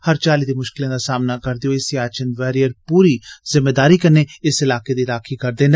हर चाल्ली दी मुश्कलें दा सामना करदे होई सियाचिन वारियर पूरी जिम्मेदारी कन्नै इस इलाके दी राक्खी करदे न